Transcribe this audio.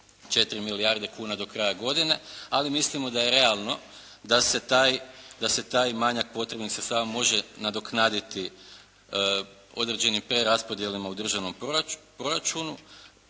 4 milijarde kuna do kraja godine. Ali mislimo da je realno da se taj manjak potrebnih sredstava može nadoknaditi određenim preraspodjelama u državnom proračunu